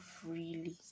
freely